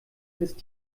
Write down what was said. ist